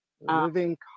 Living